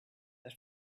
that